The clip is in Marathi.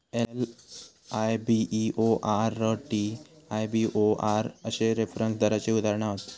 एल.आय.बी.ई.ओ.आर, टी.आय.बी.ओ.आर अश्ये रेफरन्स दराची उदाहरणा हत